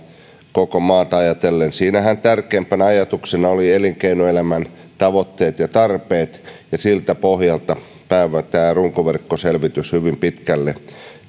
koko maata ajatellen siinähän tärkeimpänä ajatuksena olivat elinkeinoelämän tavoitteet ja tarpeet ja siltä pohjalta tämä runkoverkkoselvitys hyvin pitkälle